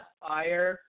fire